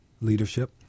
leadership